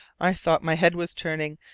i thought my head was turning,